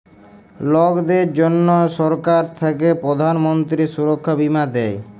লকদের জনহ সরকার থাক্যে প্রধান মন্ত্রী সুরক্ষা বীমা দেয়